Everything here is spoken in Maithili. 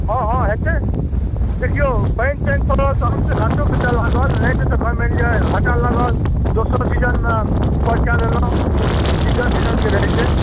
हँ हँ हेतै देखिऔ पानि तरनि पड़ल तहन तऽ घाटो कनिटा लागल नहि तऽ तखन मानि लिअ घाटा लागल दोसर सीजनमे उपज कऽ लेलहुँ सीजन सीजनके रहै छै